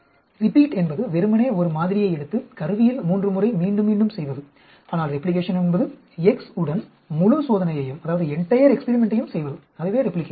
repeat என்பது வெறுமனே ஒரு மாதிரியை எடுத்து கருவியில் மூன்று முறை மீண்டும் மீண்டும் செய்வது ஆனால் ரெப்ளிகேஷன் என்பது x உடன் முழு சோதனையையும் செய்வது அதுவே ரெப்ளிகேஷன்